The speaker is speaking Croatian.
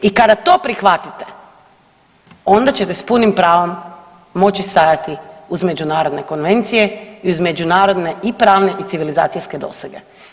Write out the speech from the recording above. I kada to prihvatite onda ćete s punim pravom moći stajati uz međunarodne konvencije i uz međunarodne i pravne i civilizacijske dosege.